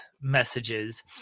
messages